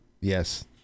Yes